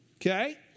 okay